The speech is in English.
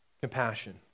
compassion